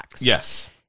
Yes